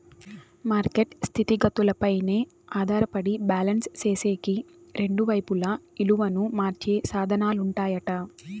market స్థితిగతులపైనే ఆధారపడి balance సేసేకి రెండు వైపులా ఇలువను మార్చే సాధనాలుంటాయట